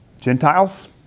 Gentiles